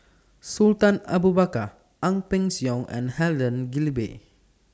Sultan Abu Bakar Ang Peng Siong and Helen Gilbey